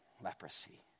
leprosy